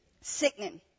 Sickening